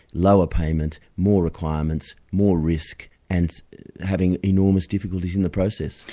lower payment, more requirements, more risk and having enormous difficulties in the process.